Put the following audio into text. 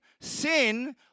Sin